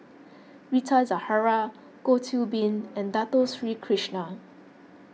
Rita Zahara Goh Qiu Bin and Dato Sri Krishna